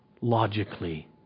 logically